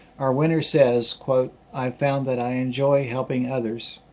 our winner says, quote, i found that i enjoy helping others,